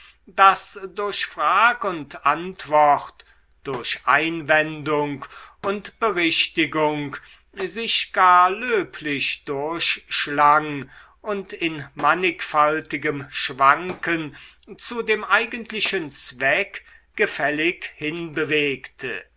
das durch frag und antwort durch einwendung und berichtigung sich gar löblich durchschlang und in mannigfaltigem schwanken zu dem eigentlichen zweck gefällig hinbewegte